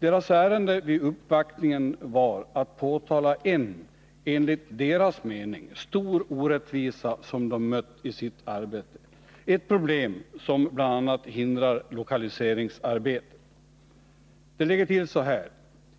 Deras ärende vid uppvaktningen var att påtala en — enligt deras mening — stor orättvisa som de mött i sitt arbete, ett problem som bl.a. hindrar lokaliseringsarbetet. Det ligger till så här.